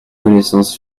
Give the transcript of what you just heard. connaissance